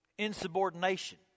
insubordination